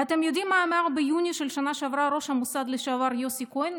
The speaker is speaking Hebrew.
ואתם יודעים מה אמר ביוני של השנה שעברה ראש המוסד לשעבר יוסי כהן,